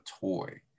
toy